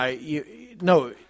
No